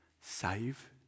save